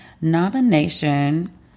Nomination